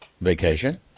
vacation